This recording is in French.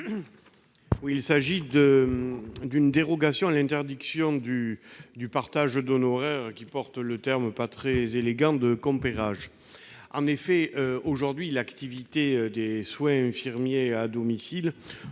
à apporter une dérogation à l'interdiction du partage d'honoraires qui porte le nom assez peu élégant de « compérage ». En effet, aujourd'hui, l'activité des soins infirmiers à domicile